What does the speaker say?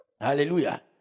Hallelujah